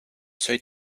seuil